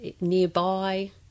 nearby